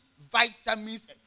vitamins